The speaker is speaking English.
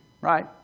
right